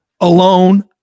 alone